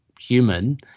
human